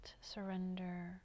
surrender